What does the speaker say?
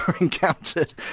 encountered